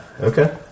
Okay